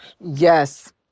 yes